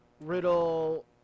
Riddle